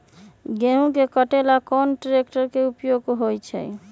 गेंहू के कटे ला कोंन ट्रेक्टर के उपयोग होइ छई?